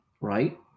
right